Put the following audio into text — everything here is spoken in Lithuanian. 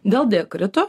dėl dė krito